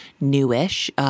newish